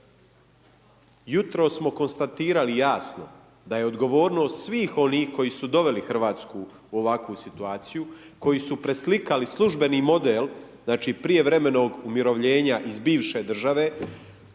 Jutro smo konstatirali jasno da je odgovornost svih onih koji su doveli Hrvatsku u ovakvu situaciju, koji su preslikali službeni model prijevremenog umirovljenja iz bivše države